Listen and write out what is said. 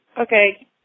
Okay